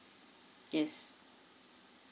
yes